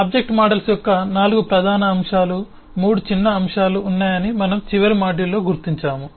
object models యొక్క 4 ప్రధాన అంశాలు 3 చిన్న అంశాలు ఉన్నాయని మనం చివరి మాడ్యూల్లో గుర్తించాము